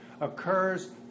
occurs